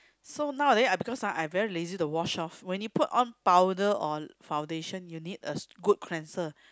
so nowaday I because ah I very lazy to wash off when you put on powder or foundation you need a st~ good cleanser